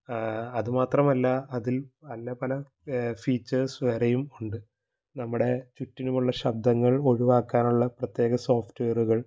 അതു മാത്രമല്ല അതിൽ പല പല ഫീച്ചേർസ് വേറെയും ഉണ്ട് നമ്മുടെ ചുറ്റിനുമുള്ള ശബ്ദങ്ങൾ ഒഴിവാക്കാനുള്ള പ്രത്യേക സോഫ്റ്റ് വെയറുകൾ